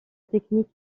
technique